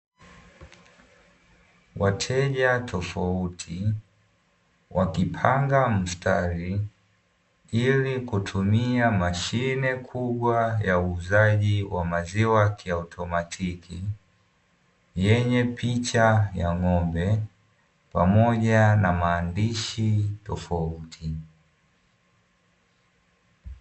Wateja tofauti wakipanga msitari ili kutumia mashine kubwa ya uuzaji wa maziwa kiautomatiki, yenye picha ya ng’ombe pamoja na maandishi tofauti.